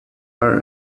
are